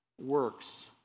works